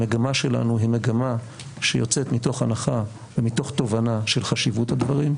המגמה שלנו היא מגמה שיוצאת מתוך הנחה ומתוך תובנה של חשיבות הדברים.